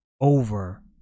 over